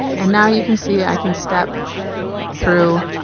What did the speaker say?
and now you can see, i can step through